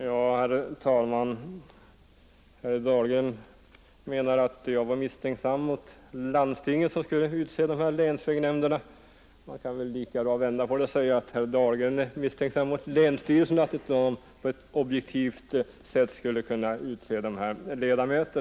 Herr talman! Herr Dahlgren menar att jag var misstänksam mot landstingen som skulle utse länsvägnämnderna, men man kan lika väl vända på det och säga att herr Dahlgren är misstänksam mot länsstyrelserna och inte tror att de på ett objektivt sätt skulle kunna utse dessa ledamöter.